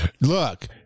Look